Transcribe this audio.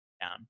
down